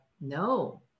no